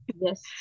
yes